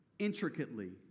intricately